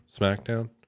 smackdown